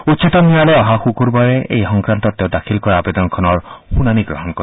উচ্চতম ন্যায়ালয়ে অহা শুকুৰবাৰে এই সংক্ৰান্তত তেওঁ দাখিল কৰা আৱেদনখনৰ শুনানি গ্ৰহণ কৰিব